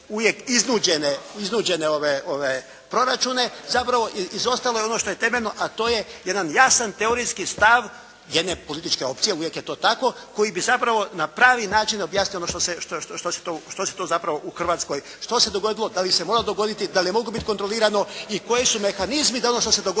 uvijek iznuđene proračune zapravo izostalo je ono što je temeljno, a to je jedan jasan teorijski stav jedne političke opcije, uvijek je to tako, koji bi zapravo na pravi način objasnio ono što se to zapravo u Hrvatskoj, što se dogodilo, da li se mora dogoditi, da li je moglo biti kontrolirano i koji su mehanizmi da ono što se dogodilo,